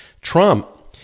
Trump